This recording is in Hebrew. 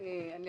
אני